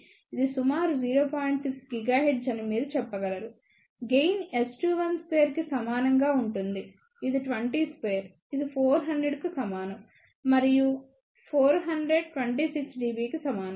6 GHz అని మీరు చెప్పగలరు గెయిన్ S212 కి సమానంగా ఉంటుంది ఇది 202 ఇది 400 కు సమానం మరియు 400 26 dB కి సమానం